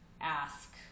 ask